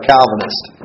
Calvinist